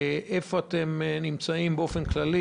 איפה אתם נמצאים באופן כללי,